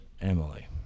Emily